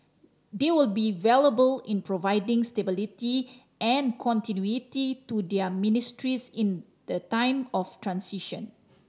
they will be valuable in providing stability and continuity to their ministries in the time of transition